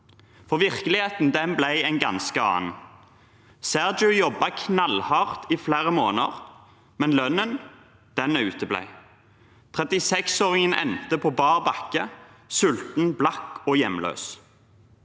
han. Virkeligheten ble en ganske annen. Sergiu jobbet knallhardt i flere måneder, men lønnen uteble. 36-åringen endte på bar bakke, sulten, blakk og hjemløs.